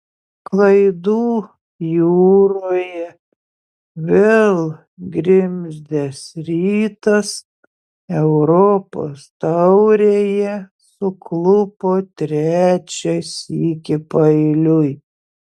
klaidų jūroje vėl grimzdęs rytas europos taurėje suklupo trečią sykį paeiliui